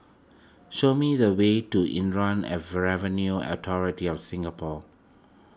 show me the way to Inland Revenue Authority of Singapore